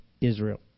Israel